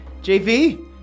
jv